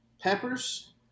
Peppers